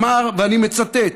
אמר, ואני מצטט: